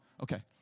Okay